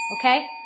okay